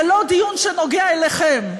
זה לא דיון שנוגע אליכם.